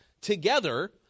together